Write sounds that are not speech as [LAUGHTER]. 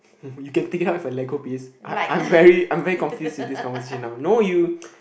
[LAUGHS] you can take it up with a Lego piece I'm I'm very I'm very confused with this conversation now no you [LAUGHS]